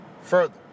further